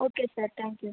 okay sir thank you